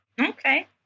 Okay